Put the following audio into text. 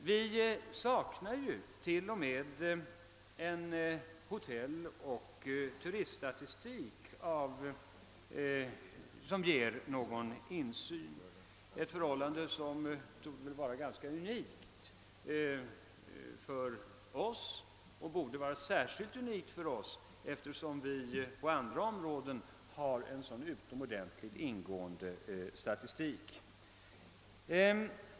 Vi saknar ju t.o.m. en hotelloch turiststatistik som ger någon insyn — ett förhållande som tor: de vara unikt för oss, särskilt som vi på andra områden har en så utomordentligt ingående statistik.